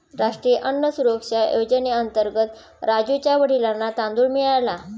राष्ट्रीय अन्न सुरक्षा योजनेअंतर्गत राजुच्या वडिलांना तांदूळ मिळाला